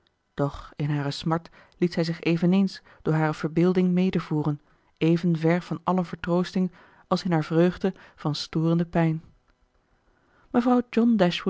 doch in hare smart liet zij zich eveneens door haar verbeelding medevoeren even ver van alle vertroosting als in haar vreugde van storende pijn mevrouw